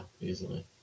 easily